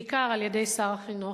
בעיקר על-ידי שר החינוך.